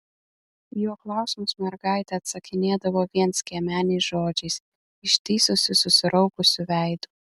į jo klausimus mergaitė atsakinėdavo vienskiemeniais žodžiais ištįsusiu susiraukusiu veidu